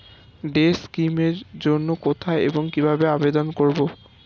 Day scheme এর জন্য কোথায় এবং কিভাবে আবেদন করব?